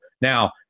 Now